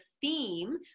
theme